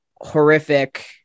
horrific